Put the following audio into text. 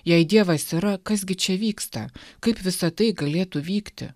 jei dievas yra kas gi čia vyksta kaip visa tai galėtų vykti